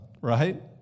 right